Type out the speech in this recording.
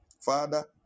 Father